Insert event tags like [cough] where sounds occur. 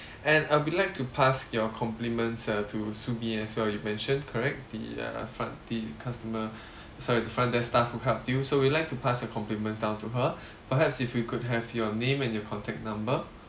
and uh we'd like to pass your compliments uh to sumi as well you mentioned correct the uh front the customer [breath] sorry the front desk staff who helped you so we'll like to pass your compliments down to her perhaps if we could have your name and your contact number